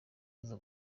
bazaza